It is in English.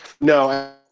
No